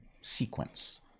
sequence